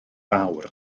fawr